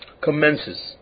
commences